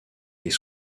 des